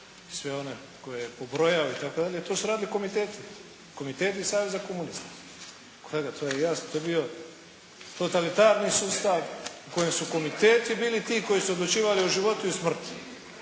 sve one koje je pobrojao itd. To su radili komiteti, komiteti saveza komunista. Kolega to je jasno, to je bio totalitarni sustav u kojem su komiteti bili ti koji su odlučivali o životu i o smrti.